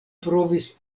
provis